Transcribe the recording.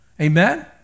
Amen